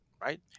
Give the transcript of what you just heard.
right